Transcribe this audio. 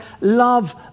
love